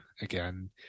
again